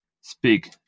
speak